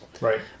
Right